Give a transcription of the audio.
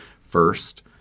First